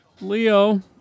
Leo